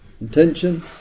intention